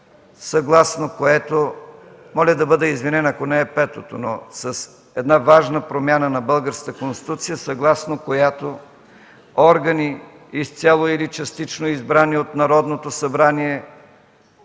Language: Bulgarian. конституция – моля да бъда извинен, ако не е петото, но една важна промяна на Българската конституция, съгласно която органи, изцяло или частично избрани от Народното събрание